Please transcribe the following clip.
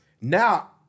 Now